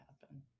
happen